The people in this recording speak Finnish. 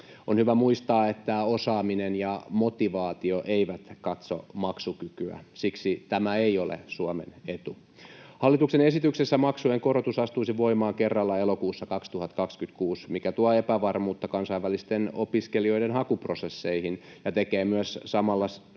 On hyvä muistaa, että osaaminen ja motivaatio eivät katso maksukykyä. Siksi tämä ei ole Suomen etu. Hallituksen esityksessä maksujen korotus astuisi voimaan kerralla elokuussa 2026, mikä tuo epävarmuutta kansainvälisten opiskelijoiden hakuprosesseihin ja tekee myös samalla